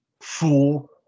Fool